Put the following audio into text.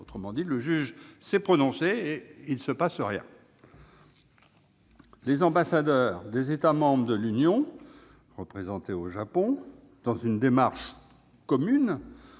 Autrement dit, le juge s'est prononcé et il ne se passe rien ! Les ambassadeurs des États membres de l'Union européenne représentés au Japon ont, dans une démarche commune,